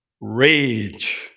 Rage